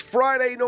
Friday